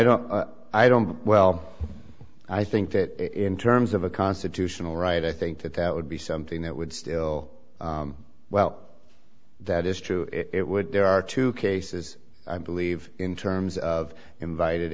don't i don't well i think that in terms of a constitutional right i think that that would be something that would still well that is true it would there are two cases i believe in terms of invited